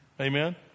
Amen